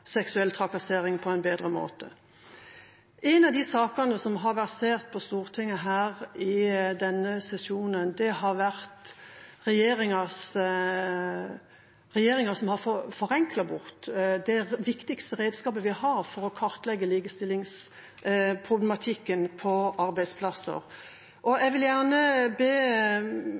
seksuell trakassering på en bedre måte. En av de sakene som har versert på Stortinget i denne sesjonen, har vært regjeringa som har forenklet bort det viktigste redskapet vi har for å kartlegge likestillingsproblematikken på arbeidsplasser. Jeg vil gjerne be